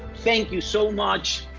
thank you so much,